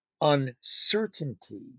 uncertainty